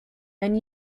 and